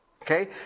Okay